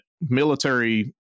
military